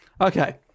Okay